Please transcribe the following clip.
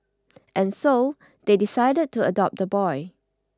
and so they decided to adopt the boy